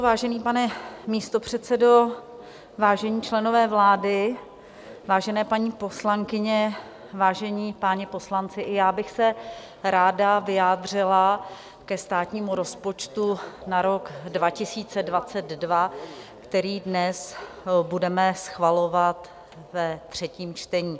Vážený pane místopředsedo, vážení členové vlády, vážené paní poslankyně, vážení páni poslanci, i já bych se ráda vyjádřila ke státnímu rozpočtu na rok 2022, který dnes budeme schvalovat ve třetím čtení.